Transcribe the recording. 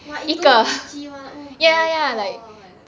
!wah! if those bitchy [one] oh my god